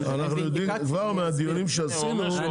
אנחנו יודעים כבר מהדיונים שעשינו,